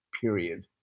period